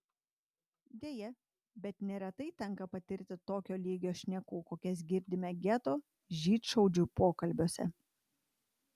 deja bet neretai tenka patirti tokio lygio šnekų kokias girdime geto žydšaudžių pokalbiuose